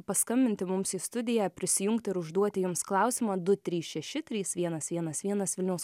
paskambinti mums į studiją prisijungti ir užduoti jums klausimą du trys šeši trys vienas vienas vienas vilniaus